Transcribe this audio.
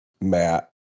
Matt